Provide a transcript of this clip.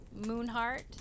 Moonheart